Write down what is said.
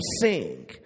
sing